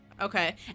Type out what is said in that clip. Okay